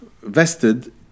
vested